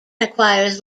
acquires